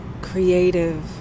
creative